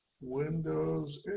windows